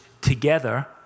together